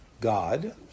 God